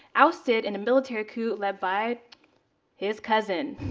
ousted in a military coup led by his cousin,